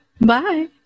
Bye